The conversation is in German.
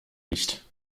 nicht